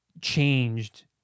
changed